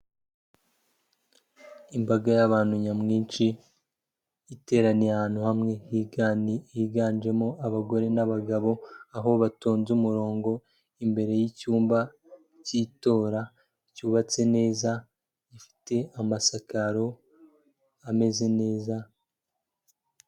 Imbaga y'abantu nyamwinshi iteraniye ahantu hamwe, higanjemo abagore n'abagabo, aho batonze umurongo imbere y'icyumba cy'itora cyubatse neza gifite amasakaro ameze neza.